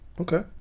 okay